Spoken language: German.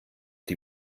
die